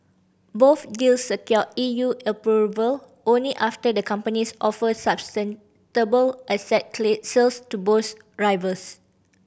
both deals secured E U approval only after the companies offered asset sales to boost rivals